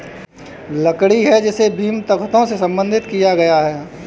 लकड़ी है जिसे बीम, तख्तों में संसाधित किया गया है